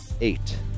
eight